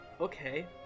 okay